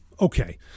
Okay